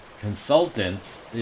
consultants